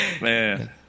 Man